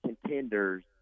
contenders